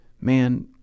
man